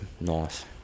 Nice